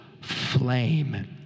flame